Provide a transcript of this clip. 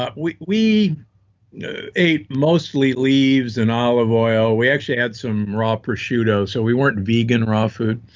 ah we we ate mostly leaves and olive oil, we actually had some raw prosciutto. so we weren't vegan raw food.